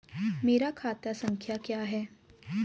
मेरा खाता संख्या क्या है?